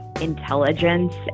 intelligence